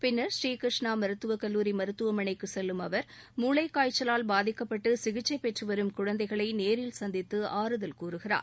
பின்னர் பூரீ கிருஷ்ணா மருத்துவக் கல்லூரி மருத்துவமனைக்கு செல்லும் அவர் மூளைக்காய்ச்சலால் பாதிக்கப்பட்டு சிகிச்சை பெற்றுவரும் குழந்தைகளை நேரில் சந்தித்து ஆறுதல் கூறுகிறார்